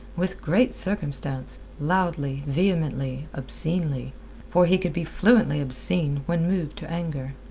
with great circumstance, loudly, vehemently, obscenely for he could be fluently obscene when moved to anger.